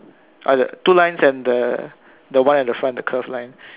either two lines and the the one at the front the curved line